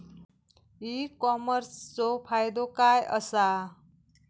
E कॉमर्सचो फायदो काय असा?